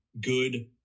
good